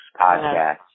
podcast